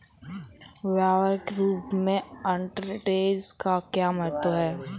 व्यवहारिक रूप में आर्बिट्रेज का क्या महत्व है?